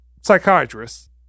psychiatrist